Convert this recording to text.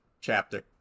chapter